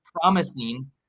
promising